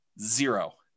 Zero